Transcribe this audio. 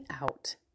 out